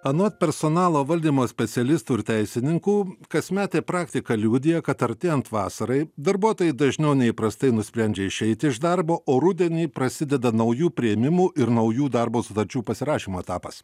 anot personalo valdymo specialistų ir teisininkų kasmetė praktika liudija kad artėjant vasarai darbuotojai dažniau nei įprastai nusprendžia išeiti iš darbo o rudenį prasideda naujų priėmimų ir naujų darbo sutarčių pasirašymo etapas